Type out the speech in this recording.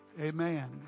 Amen